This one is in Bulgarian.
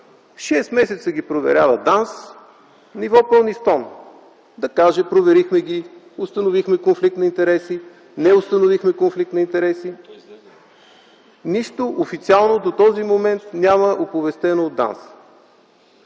Шест месеца ги проверява ДАНС – ни вопъл, ни стон, да каже: проверихме ги, установихме конфликт на интереси, не установихме конфликт на интереси. Нищо официално до този момент няма оповестено от ДАНС.